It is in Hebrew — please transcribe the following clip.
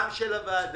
גם של הוועדה,